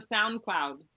SoundCloud